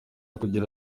kugira